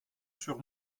sur